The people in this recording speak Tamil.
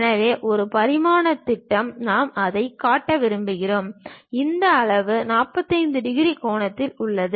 எனவே ஒரு பரிமாணத் திட்டம் நான் அதைக் காட்ட விரும்பினால் இந்த அளவு 45 டிகிரி கோணத்தில் உள்ளது